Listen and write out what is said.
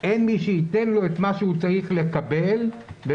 אין מי שייתן לו את מה שהוא צריך לקבל ובסופו